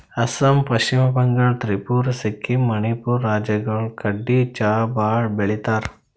ಅಸ್ಸಾಂ, ಪಶ್ಚಿಮ ಬಂಗಾಳ್, ತ್ರಿಪುರಾ, ಸಿಕ್ಕಿಂ, ಮಣಿಪುರ್ ರಾಜ್ಯಗಳ್ ಕಡಿ ಚಾ ಭಾಳ್ ಬೆಳಿತಾರ್